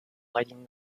lighting